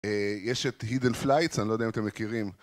יש את הידל פלייטס, אני לא יודע אם אתם מכירים.